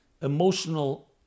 emotional